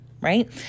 right